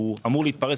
והוא אמור להתפרש,